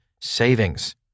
savings